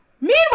Meanwhile